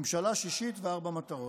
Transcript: ממשלה שישית וארבע מטרות: